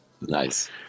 Nice